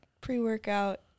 pre-workout